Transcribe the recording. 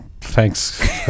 Thanks